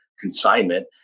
consignment